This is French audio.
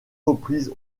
reprises